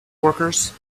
workers